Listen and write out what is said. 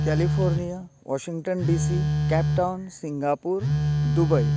California Washington D C Cape Town Singapore Dubai